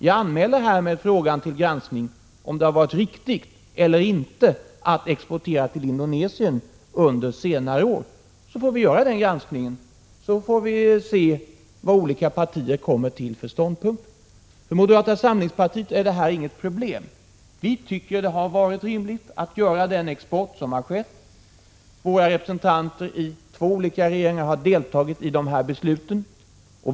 Jag anmäler härmed till granskning frågan, om det har varit riktigt eller inte att under senare år exportera till Indonesien. Låt oss göra den granskningen, så får vi se vad olika partier kommer till för ståndpunkt. För moderata samlingspartiet är det här inget problem. Vi tycker det har varit rimligt att göra den export som har skett. Våra representanter i två olika regeringar har deltagit i de besluten.